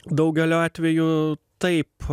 daugeliu atvejų taip